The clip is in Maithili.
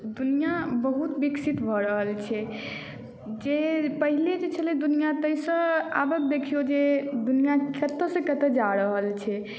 दुनिआँ बहुत विकसित भऽ रहल छै जे पहिने जे छलै दुनिआँ ताहिसँ आबक देखियौ जे दुनिआँ कतयसँ कतय जा रहल छै